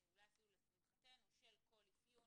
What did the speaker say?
אולי אפילו לשמחתנו, של כל אפיון,